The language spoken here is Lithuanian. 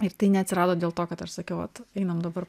ir tai neatsirado dėl to kad aš sakiau vat einam dabar